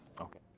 Okay